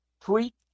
tweet